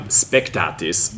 spectatis